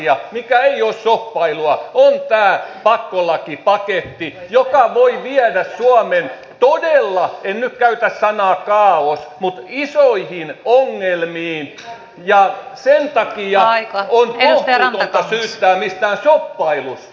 ja kolmas iso asia mikä ei ole shoppailua on tämä pakkolakipaketti joka voi viedä suomen todella en nyt käytä sanaa kaaos isoihin ongelmiin ja sen takia on kohtuutonta syyttää mistään shoppailusta